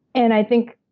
and i think,